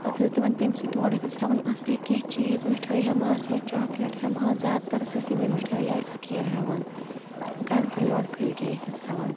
پَتہٕ ٲس دِوان تٔمۍسٕے تورٕ ٲسِس ہٮ۪وان اَصلی کیٚنٛہہ چیٖز مِٹھٲے ہٮ۪مہٕ ہَس یا چاکلیٹ ہٮ۪مہٕ ہا زیادٕ تر ٲسِس یِمَے مٹھٲے یا کیٚنٛہہ ہٮ۪وان کرٕ پھٔلۍ وَرٕ پھٔلۍ کیٚنٛہہ ٲسِس ہٮ۪وان